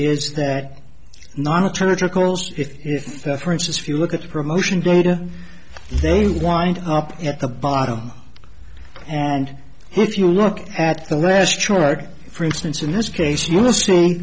is that non eternal trickles if for instance if you look at the promotion data they wind up at the bottom and if you look at the last chart for instance in this case you